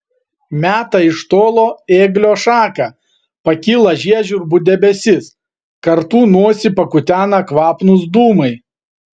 meta iš tolo ėglio šaką pakyla žiežirbų debesis kartu nosį pakutena kvapnūs dūmai